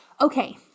Okay